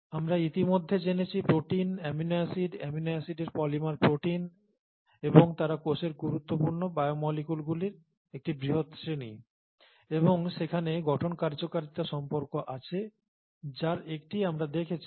আমরা ইতিমধ্যে জেনেছি প্রোটিন অ্যামিনো অ্যাসিড অ্যামিনো অ্যাসিডের পলিমার প্রোটিন এবং তারা কোষের গুরুত্বপূর্ণ বায়োমোলিকুলগুলির একটি বৃহৎ শ্রেণী এবং সেখানে গঠন কার্যকারিতা সম্পর্ক আছে যার একটি আমরা দেখেছি